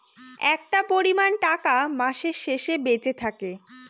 একটা পরিমান টাকা মাসের শেষে বেঁচে থাকে